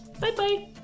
Bye-bye